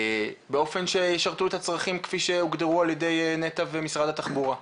באופן שישרתו את הצרכים כפי שהוגדרו על ידי נת"ע ומשרד התחבורה?